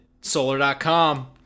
Solar.com